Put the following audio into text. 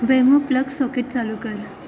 बेमो plug socket चालू कर